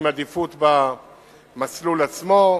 עם עדיפות במסלול עצמו,